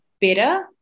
better